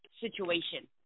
situation